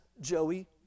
Joey